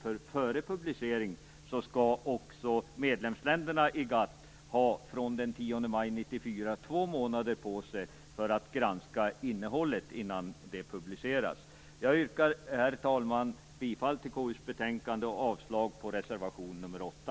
Före publicering skall nämligen också medlemsländerna i GATT, från den 10 maj 1994, ha två månader på sig att granska innehållet. Jag yrkar, herr talman, bifall till KU:s betänkande och avslag på reservation nr 8.